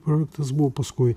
projektas buvo paskui